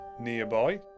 nearby